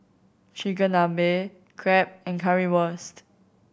Chigenabe Crepe and in Currywurst